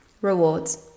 Rewards